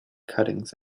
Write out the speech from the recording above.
cuttings